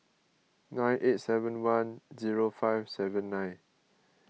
nine eight seven one zero five seven nine